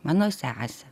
mano sesė